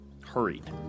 hurried